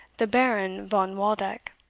the baron von waldeck,